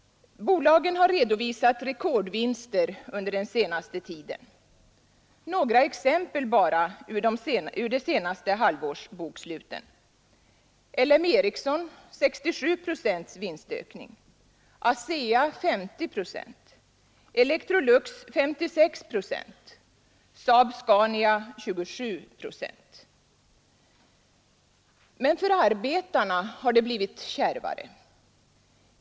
Bolagen har redovisat rekordvinster under den senaste tiden. Några exempel ur de senaste halvårsboksluten: LM Ericsson 67 procents vinstökning, ASEA 50, Electrolux 56 och SAAB-Scania 27. Men för arbetarna har det blivit kärvare.